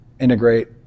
integrate